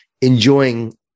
enjoying